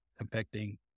affecting